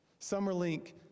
Summerlink